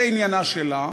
זה עניינה שלה,